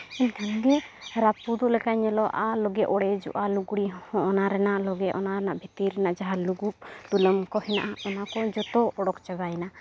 ᱮᱱᱠᱷᱟᱱ ᱜᱮ ᱨᱟᱹᱯᱩᱫᱚᱜ ᱞᱮᱠᱟᱭ ᱧᱮᱞᱚᱜᱼᱟ ᱟᱨ ᱞᱚᱜᱮ ᱚᱲᱮᱡᱚᱜᱼᱟ ᱞᱩᱜᱽᱲᱤᱡ ᱦᱚᱸ ᱚᱱᱟ ᱨᱮᱱᱟᱜ ᱞᱚᱜᱮ ᱚᱱᱟ ᱨᱮᱱᱟᱜ ᱵᱷᱤᱛᱤᱨ ᱨᱮᱱᱟᱜ ᱡᱟᱦᱟᱸ ᱞᱩᱜᱩᱵ ᱛᱩᱞᱟᱹᱢ ᱠᱚ ᱦᱮᱱᱟᱜᱼᱟ ᱚᱱᱟ ᱠᱚ ᱡᱚᱛᱚ ᱚᱰᱳᱠ ᱪᱟᱵᱟᱭᱱᱟ